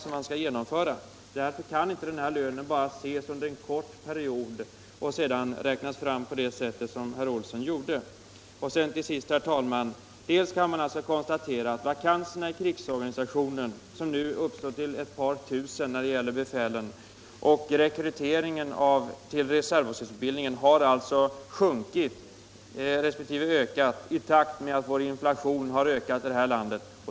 Därför kan lönen inte ses som en ersättning för en kort periods arbete, som räknas fram på det sätt som herr Olsson i Asarum gjorde. Till sist, herr talman, kan man konstatera att vakanserna i krigsorganisationen som nu uppgår till ett par tusen när det gäller befälen har ökat och rekryteringen till reservofficersutbildningen har minskat i takt med inflationen i det här landet.